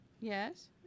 Yes